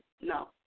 No